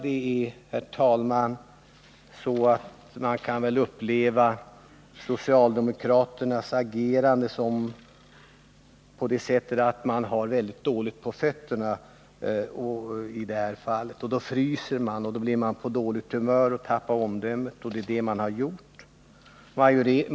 Det socialdemokratiska agerandet kan dock upplevas som ett uttryck för att man på det hållet har mycket dåligt på fötterna i det här fallet. Då fryser man, blir på dåligt humör och tappar omdömet — och det är vad man har gjort.